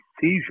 seizure